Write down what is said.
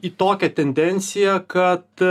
į tokią tendenciją kad